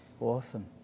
Awesome